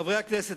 חברי הכנסת.